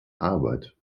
arbeit